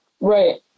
Right